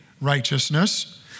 righteousness